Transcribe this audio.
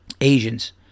Asians